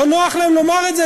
לא נוח להם לומר את זה,